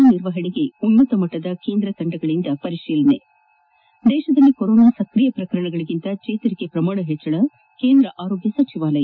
E ನಿರ್ವಹಣೆಗೆ ಉನ್ನತ ಮಟ್ಟದ ಕೇಂದ್ರ ತಂಡಗಳಿಂದ ಪರಿಶೀಲನೆ ದೇಶದಲ್ಲಿ ಕೊರೋನಾ ಸಕ್ರಿಯ ಪ್ರಕರಣಗಳಿಗಿಂತಲೂ ಚೇತರಿಕೆ ಪ್ರಮಾಣ ಹೆಚ್ಚಳ ು ಕೇಂದ್ರ ಆರೋಗ್ಯ ಸಚಿವಾಲಯ